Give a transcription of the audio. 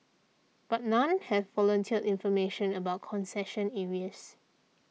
but none have volunteered information about concession areas